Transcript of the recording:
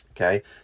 okay